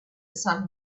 sun